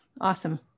awesome